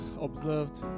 observed